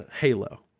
Halo